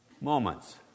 moments